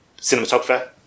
cinematographer